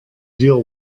deal